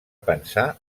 pensar